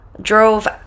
drove